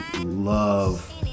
love